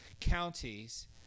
counties